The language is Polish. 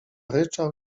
ryczał